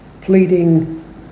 pleading